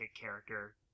character